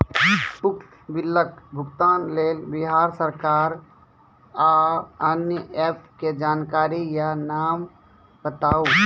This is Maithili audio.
उक्त बिलक भुगतानक लेल बिहार सरकारक आअन्य एप के जानकारी या नाम बताऊ?